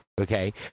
Okay